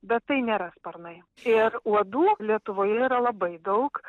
bet tai nėra sparnai ir uodų lietuvoje yra labai daug